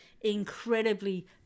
incredibly